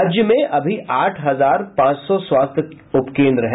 राज्य में अभी आठ हजार पांच सौ स्वास्थ्य उपकेन्द्र है